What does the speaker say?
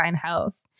health